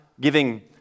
giving